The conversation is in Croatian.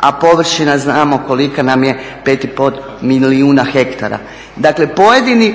a površina znamo kolika nam je, 5,5 milijuna hektara. Dakle, pojedini